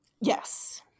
Yes